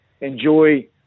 enjoy